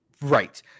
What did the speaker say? Right